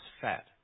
fat